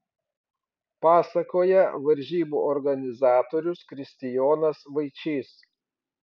pasakoja varžybų organizatorius kristijonas vaičys